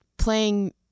playing